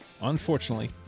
Unfortunately